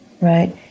right